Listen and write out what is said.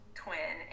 twin